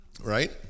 Right